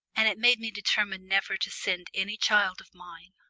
and it made me determine never to send any child of mine,